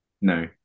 No